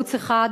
מערוץ 1,